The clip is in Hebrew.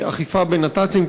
אכיפה בנת"צים,